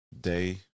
day